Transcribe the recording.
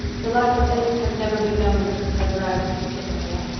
the like of this has never been known in prince edward island, said marilla,